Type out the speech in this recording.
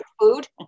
food